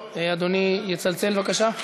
בבקשה.